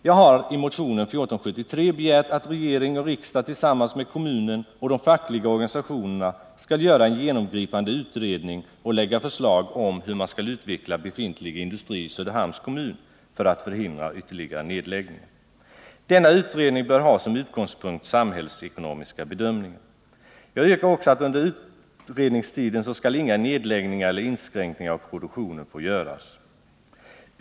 Jag har i motionen 1473 begärt att regering och riksdag tillsammans med kommunen och de fackliga organisationerna skall göra en genomgripande utredning och lägga fram förslag om hur man skall utveckla befintlig industri i Söderhamns kommun för att förhindra ytterligare nedläggningar. Denna utredning bör ha samhällsekonomiska bedömningar som utgångspunkt. Jag yrkar också att inga nedläggningar eller inskränkningar av produktionen skall få göras under utredningstiden.